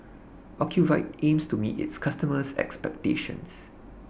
Ocuvite aims to meet its customers' expectations